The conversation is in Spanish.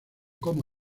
como